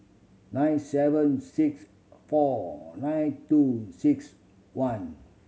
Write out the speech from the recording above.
nine seven six four nine two six one